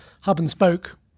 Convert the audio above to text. hub-and-spoke